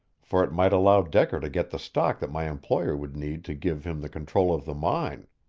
for it might allow decker to get the stock that my employer would need to give him the control of the mine.